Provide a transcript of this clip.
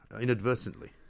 inadvertently